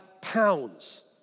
pounds